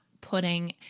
putting